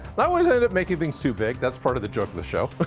i always end up making things too big. that's part of the joke of the show.